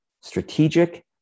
strategic